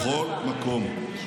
בכל מקום.